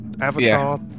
avatar